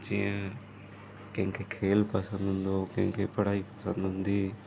जीअं कंहिंखे खेल पसंदि हूंदो उहो कंहिंखे पढ़ाई पसंदि हूंदी